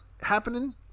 happening